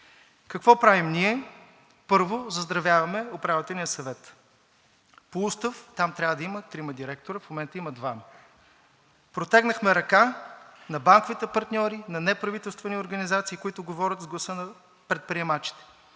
Какво правим ние? Първо, заздравяваме Управителния съвет. По Устав там трябва да има трима директори. В момента има двама. Протегнахме ръка на банковите партньори, на неправителствени организации, които говорят с гласа на предприемачите.